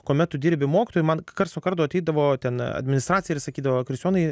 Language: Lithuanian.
kuomet tu dirbi mokytoju man karts nuo karto ateidavo ten administracija ir sakydavo kristijonai